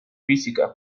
física